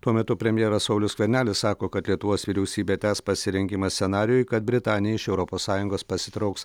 tuo metu premjeras saulius skvernelis sako kad lietuvos vyriausybė tęs pasirengimą scenarijui kad britanija iš europos sąjungos pasitrauks